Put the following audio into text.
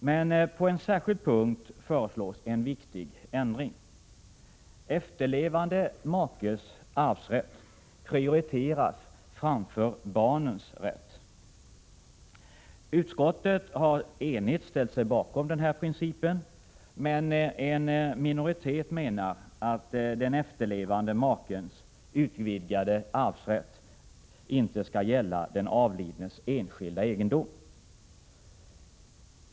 Men på en särskild punkt föreslås en viktig ändring. Efterlevande makes arvsrätt prioriteras framför barnens rätt. Utskottet har enigt ställt sig bakom denna princip. Men en minoritet menar att den efterlevande makens utvidgade arvsrätt inte skall gälla den avlidnes enskilda egendom.